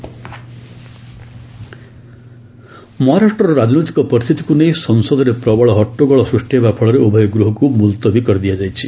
parliament adjourn ମହାରାଷ୍ଟ୍ରର ରାଜନୈତିକ ପରିସ୍ଥିତିକୁ ନେଇ ସଂସଦରେ ପ୍ରବଳ ହଟ୍ଟଗୋଳ ସୃଷ୍ଟି ହେବା ଫଳରେ ଉଭୟ ଗୃହକୁ ମୁଲତବୀ କରି ଦିଆଯାଇଛି